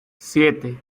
siete